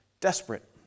desperate